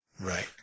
right